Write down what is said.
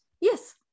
yes